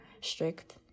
strict